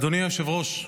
אדוני היושב-ראש,